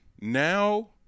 Now